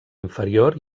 inferior